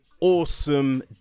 awesome